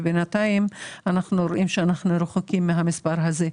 אבל בינתיים אנחנו רחוקים מהמספר הזה.